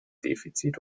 defizit